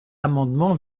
amendement